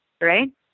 right